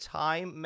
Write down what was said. time